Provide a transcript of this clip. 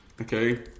Okay